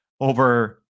over